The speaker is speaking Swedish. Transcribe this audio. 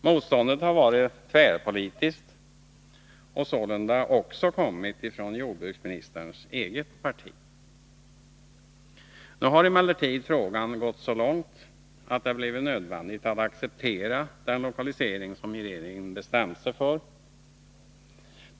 Motståndet har varit tvärpolitiskt och sålunda också kommit från jordbruksministerns eget parti. Nu har emellertid frågan gått så långt att det har blivit nödvändigt att acceptera den lokalisering som regeringen bestämt sig för.